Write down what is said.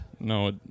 No